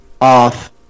off